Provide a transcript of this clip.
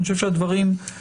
אני חושב שחשוב שהדברים נאמרו.